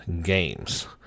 games